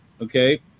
Okay